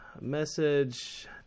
message